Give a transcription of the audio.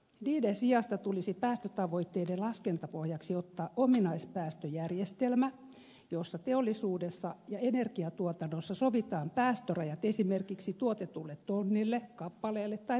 niiden sijasta tulisi päästötavoitteiden laskentapohjaksi ottaa ominaispäästöjärjestelmä jossa teollisuudessa ja energiantuotannossa sovitaan päästörajat esimerkiksi tuotetulle tonnille kappaleelle tai megawatille